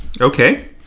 Okay